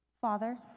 Father